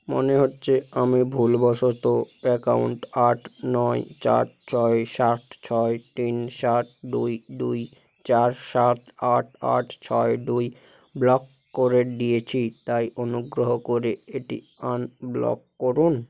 মনে হচ্ছে আমি ভুলবশত অ্যাকাউন্ট আট নয় চার ছয় সাত ছয় তিন সাত দুই দুই চার সাত আট আট ছয় দুই ব্লক করে দিয়েছি তাই অনুগ্রহ করে এটি আনব্লক করুন